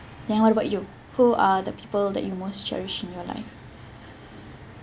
then what about you who are the people that you most cherish in your life